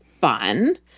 fun